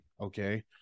Okay